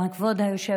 תודה, כבוד היושב-ראש.